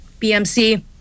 BMC